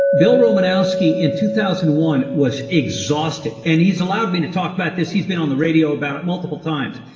bill romanowski in two thousand and one was exhausted, and he's allowed me to talk about this. he's been on the radio about it multiple times.